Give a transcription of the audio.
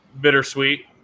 Bittersweet